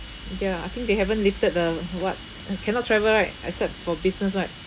ya I think they haven't lifted the what cannot travel right except for business right